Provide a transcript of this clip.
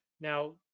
Now